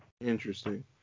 Interesting